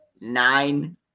nine